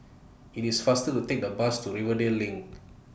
IT IS faster to Take The Bus to Rivervale LINK